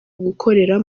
gukorera